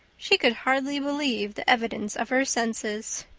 she could hardly believe the evidence of her senses.